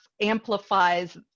amplifies